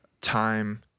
time